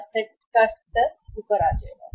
वर्तमान संपत्ति का स्तर ऊपर जाएगा